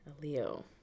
Leo